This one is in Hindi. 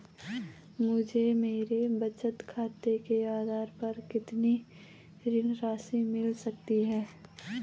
मुझे मेरे बचत खाते के आधार पर कितनी ऋण राशि मिल सकती है?